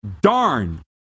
darn